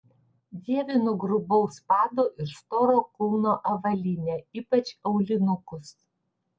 dievinu grubaus pado ir storo kulno avalynę ypač aulinukus